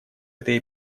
этой